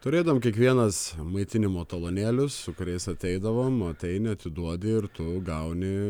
turėdavom kiekvienas maitinimo talonėlius su kuriais ateidavom ateini atiduodi ir tu gauni